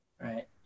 Right